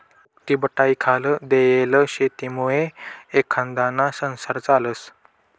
उक्तीबटाईखाल देयेल शेतीमुये एखांदाना संसार चालस